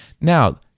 now